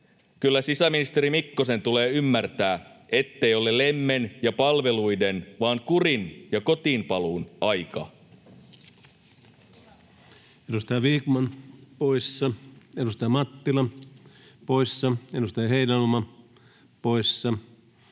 Kyllä sisäministeri Mikkosen tulee ymmärtää, ettei ole lemmen ja palveluiden vaan kurin ja kotiinpaluun aika. Edustaja Vikman poissa, edustaja Mattila poissa, edustaja Heinäluoma poissa.